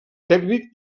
tècnic